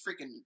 freaking